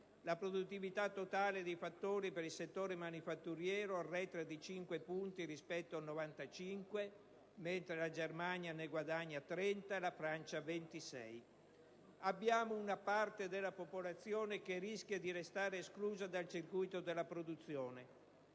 La produttività totale dei fattori per il settore manifatturiero arretra di 5 punti rispetto al 1995, mentre la Germania ne guadagna 30 e la Francia 26. Una parte della popolazione rischia di restare esclusa dal circuito della produzione;